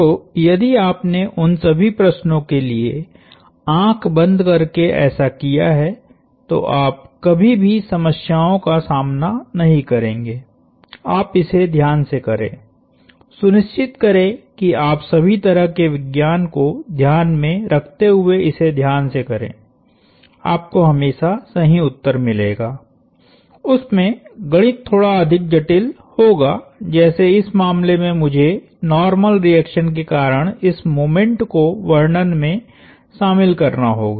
तो यदि आपने उन सभी प्रश्नो के लिए आँख बंद करके ऐसा किया है तो आप कभी भी समस्याओं का सामना नहीं करेंगे आप इसे ध्यान से करें सुनिश्चित करें कि आप सभी तरह के विज्ञान को ध्यान में रखते हुए इसे ध्यान से करें आपको हमेशा सही उत्तर मिलेगा उसमे गणित थोड़ा अधिक जटिल होगाजैसे इस मामले में मुझे नार्मल रिएक्शन के कारण इस मोमेंट को वर्णन में शामिल करना होगा